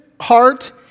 heart